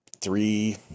three